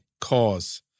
cause